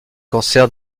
cancer